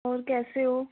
और कैसे हो